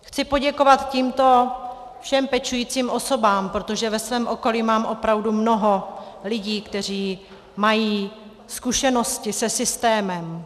Chci poděkovat tímto všem pečujícím osobám, protože ve svém okolí mám opravdu mnoho lidí, kteří mají zkušenosti se systémem.